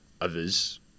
others